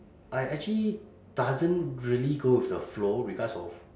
I actually doesn't really go with the flow regards of